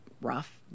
rough